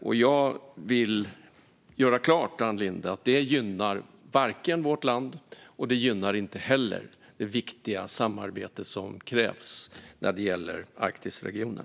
Låt mig göra klart att det varken gynnar vårt land eller det viktiga samarbete som krävs när det gäller Arktisregionen.